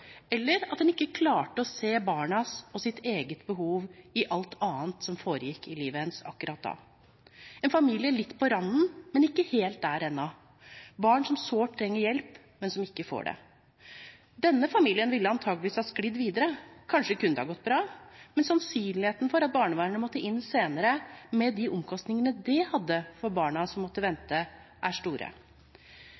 eller at en ikke klarte å se barnas og sitt eget behov i alt annet som foregikk i livet akkurat da – altså en familie litt på randen, men ikke helt der ennå, barn som sårt trenger hjelp, men som ikke får det. Denne familien ville antakeligvis ha sklidd videre. Kanskje kunne det ha gått bra, men sannsynligheten for at barnevernet måtte inn senere, med de omkostningene det ville hatt for barna som måtte